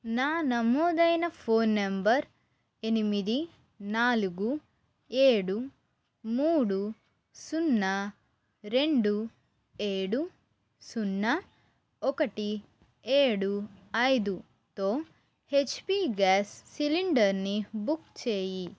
నా నమోదైన phone number ఎనిమిది నాలుగు ఏడు మూడు సున్నా రెండు ఏడు సున్నా ఒకటి ఏడు ఐదు తో హెచ్పి గ్యాస్ సిలిండర్ని బుక్ చేయి